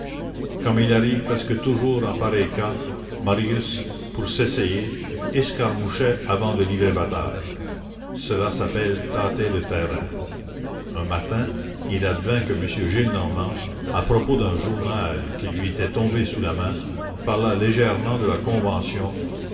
comme il arrive presque toujours en pareil cas marius pour s'essayer escarmoucha avant de livrer bataille cela s'appelle tâter le terrain un matin il advint que m gillenormand à propos d'un journal qui lui était tombé sous la main parla légèrement de la convention